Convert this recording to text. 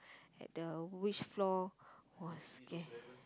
at the which floor !wah! scary